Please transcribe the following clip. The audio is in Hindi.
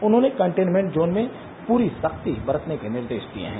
उन्होंने कन्टेनमेंट जोन में पूरी सख्ती बरतने के निर्देश दिए हैं